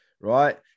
right